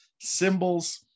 symbols